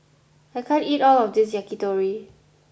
I can't eat all of this Yakitori